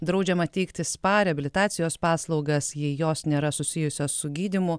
draudžiama teikti spa reabilitacijos paslaugas jei jos nėra susijusios su gydymu